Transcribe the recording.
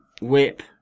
whip